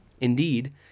Indeed